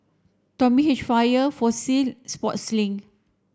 Tommy Hilfiger Fossil Sportslink